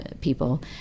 people